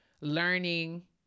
learning